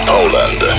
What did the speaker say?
Poland